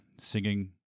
singing